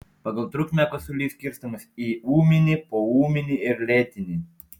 pagal trukmę kosulys skirstomas į ūminį poūminį ir lėtinį